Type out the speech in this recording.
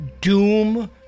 doom